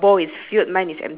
ya same my table